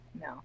No